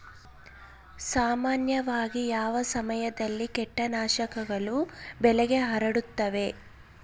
ಸಾಮಾನ್ಯವಾಗಿ ಯಾವ ಸಮಯದಲ್ಲಿ ಕೇಟನಾಶಕಗಳು ಬೆಳೆಗೆ ಹರಡುತ್ತವೆ?